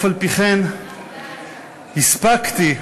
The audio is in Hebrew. אף-על-פי-כן הספקתי,